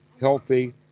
healthy